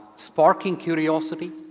sparking curiosity,